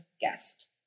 guest